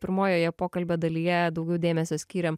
pirmojoje pokalbio dalyje daugiau dėmesio skyrėm